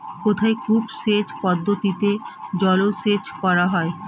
কোথায় কূপ সেচ পদ্ধতিতে জলসেচ করা হয়?